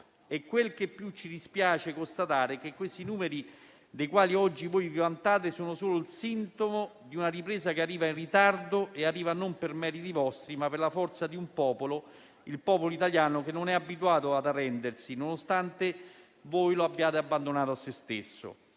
Quel che più ci dispiace constatare è che i numeri di cui oggi vi vantate sono solo il sintomo di una ripresa che arriva in ritardo e non per meriti vostri, ma per la forza del popolo italiano, che non è abituato ad arrendersi nonostante voi l'abbiate abbandonato a se stesso.